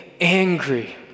angry